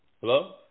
Hello